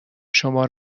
شما